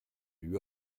lui